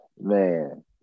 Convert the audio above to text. Man